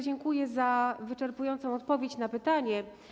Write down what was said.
Dziękuję za wyczerpującą odpowiedź na pytanie.